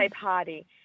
party